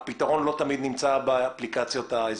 זה שהפתרון לא תמיד נמצא באפליקציות האזרחיות.